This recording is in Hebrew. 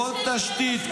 כל תשתית,